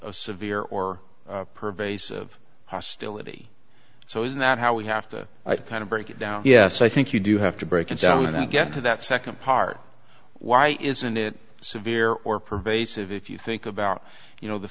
of severe or pervasive hostility so is that how we have to kind of break it down yes i think you do have to break it down and then get to that second part why isn't it severe or pervasive if you think about you know the